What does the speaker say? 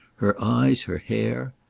her eyes, her hair?